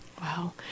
Wow